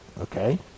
okay